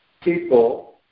people